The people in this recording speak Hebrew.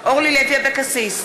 אורלי לוי אבקסיס,